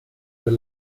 per